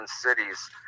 Cities